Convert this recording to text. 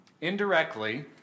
indirectly